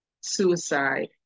suicide